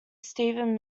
steven